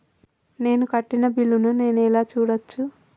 నేను కట్టిన బిల్లు ను నేను ఎలా చూడచ్చు?